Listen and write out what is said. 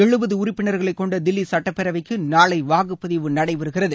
எழுபது உறுப்பினர்களை கொண்ட தில்லி சட்டப்பேரவைக்கு நாளை வாக்குபதிவு நடைபெறுகிறது